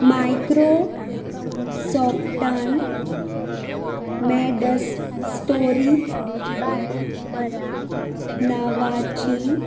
micro सॉफ्टन मेडस्टोरी नांवाची